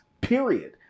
period